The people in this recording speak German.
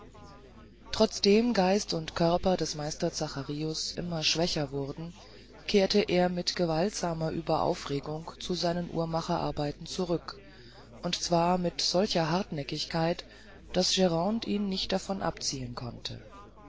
trotzdem geist und körper des meister zacharius immer schwächer wurden kehrte er mit gewaltsamer ueberaufregung zu seinen uhrmacherarbeiten zurück und zwar mit solcher hartnäckigkeit daß grande ihn nicht davon abziehen konnte